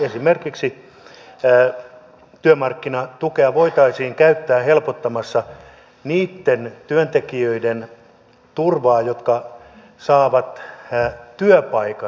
esimerkiksi työmarkkinatukea voitaisiin käyttää helpottamassa niitten työntekijöiden turvaa jotka saavat työpaikan